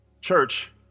church